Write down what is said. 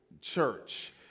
church